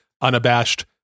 unabashed